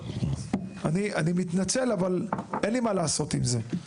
אני מתנצל אבל אין לי מה לעשות עם זה.